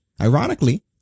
Ironically